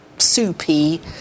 soupy